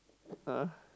!huh!